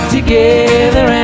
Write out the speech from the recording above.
Together